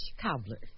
cobbler